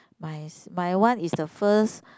my s~ my one is the first